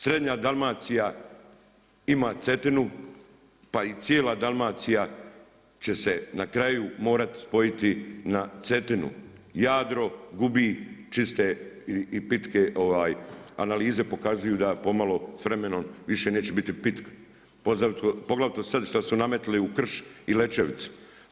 Srednja Dalmacija ima Cetinu pa i cijela Dalmacija će se na kraju morati spojiti na Cetinu, Jadro gubi čiste i pitke, analize pokazuju da pomalo s vremenom više neće biti pitka poglavito sada što su nametnuli u krš i Lećevicu.